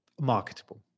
marketable